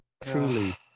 truly